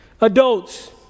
adults